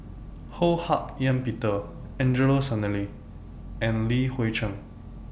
Ho Hak Ean Peter Angelo Sanelli and Li Hui Cheng